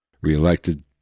reelected